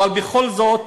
ובכל זאת,